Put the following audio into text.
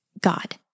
God